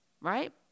right